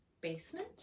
basement